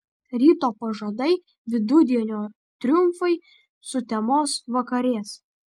ryto pažadai vidudienio triumfai sutemos vakarės